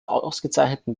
ausgezeichneten